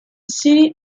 city